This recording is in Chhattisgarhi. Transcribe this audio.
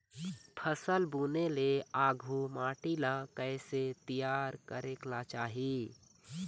फसल बुने ले आघु माटी ला कइसे तियार करेक चाही?